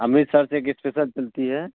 امرتسر سے ایک اسپیشل چلتی ہے